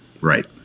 right